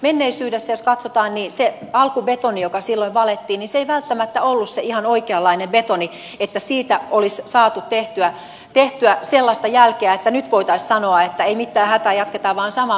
jos katsotaan menneisyyttä niin se alkubetoni joka silloin valettiin ei välttämättä ollut ihan oikeanlainen betoni että siitä olisi saatu tehtyä sellaista jälkeä että nyt voitaisiin sanoa että ei mitään hätää jatketaan vain samaan malliin